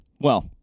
Well-